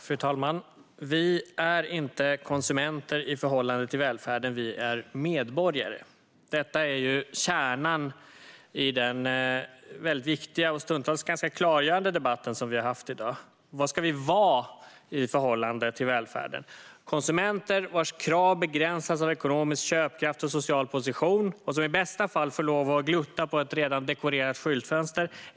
Fru talman! "Vi är inte konsumenter i förhållande till välfärden, vi är medborgare." Detta är kärnan i den väldigt viktiga och stundtals ganska klargörande debatt som vi har i dag. Vad ska vi vara i förhållande till välfärden? Ska vi vara konsumenter, vars krav begränsas av ekonomisk köpkraft och social position och som i bästa fall får lov att glutta på ett redan dekorerat skyltfönster?